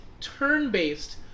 turn-based